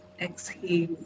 exhale